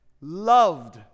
loved